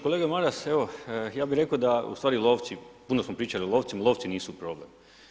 Kolega Maras evo ja bih rekao da ustvari lovci, puno smo pričali o lovcima, lovci nisu problem.